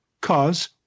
cause